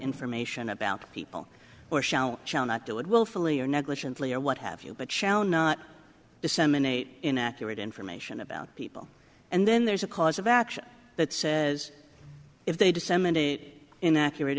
information about people or shall not do it willfully or negligently or what have you but shall not disseminate inaccurate information about people and then there's a cause of action that says if they disseminate it inaccurate